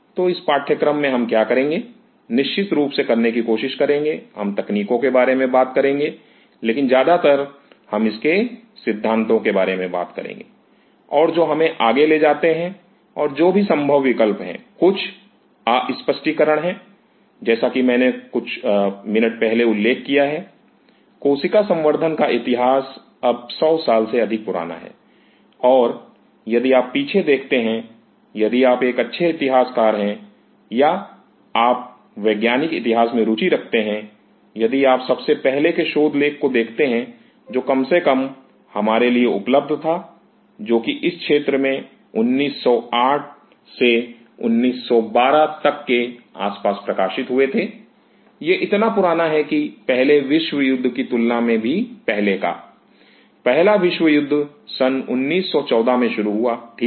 तो इस पाठ्यक्रम में हम क्या करेंगे निश्चित रूप से करने की कोशिश करेंगे हम तकनीकों के बारे में बात करेंगे लेकिन ज्यादातर हम इसके सिद्धांतों के बारे में बात करेंगे और जो हमें आगे ले जाते हैं और जो संभव विकल्प हैं कुछ अस्पष्टीकरण हैं जैसा कि मैंने बस कुछ मिनट पहले उल्लेख किया है कोशिका संवर्धन का इतिहास अब 100 साल से अधिक पुराना है और यदि आप पीछे दिखते हैं यदि आप एक अच्छे इतिहासकार हैं या आप वैज्ञानिक इतिहास में रुचि रखते हैं यदि आप सबसे पहले के शोध लेख को देखते हैं जो कम से कम हमारे लिए उपलब्ध था जोकि इस क्षेत्र में 1908 से 1912 तक के आसपास प्रकाशित हुए थे यह इतना पुराना है कि पहले विश्व युद्ध की तुलना में भी पहले का पहला विश्व युद्ध सन उन्नीस सौ चौदह में शुरू हुआ ठीक